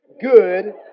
Good